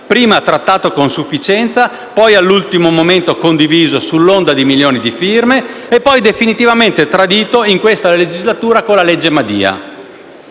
prima trattato con sufficienza, poi, all'ultimo momento, condiviso, sull'onda di milioni di firme, e poi definitivamente tradito in questa legislatura con la legge Madia.